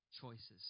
choices